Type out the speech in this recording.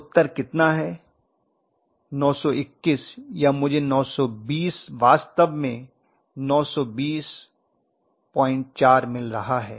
उत्तर कितना है 921 या मुझे 920 वास्तव में 9204 मिल रहा था